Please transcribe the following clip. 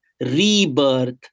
rebirth